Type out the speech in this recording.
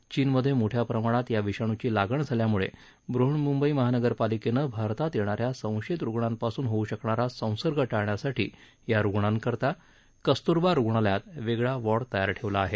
चीनमध्ये मोठ्या प्रमाणात या विषाणूची लागण झाल्यामुळे बृहन्मुंबई महानगरपालिकेनं भारतात येणाऱ्या संशयित रुग्णांपासून होऊ शकणारा संसर्ग टाळण्यासाठी या रुग्णांकरता कस्तूरबा रुग्णालयात वेगळा वॉर्ड तयार ठेवला आहे